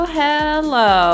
hello